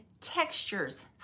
textures